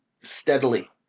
steadily